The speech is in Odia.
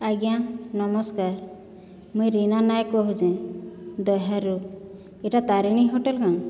ଆଜ୍ଞା ନମସ୍କାର ମୁଇଁ ରୀନା ନାୟକ କହୁଛେଁ ଦହ୍ୟାରୁ ଏଇଟା ତାରିଣୀ ହୋଟେଲ୍ କାଁ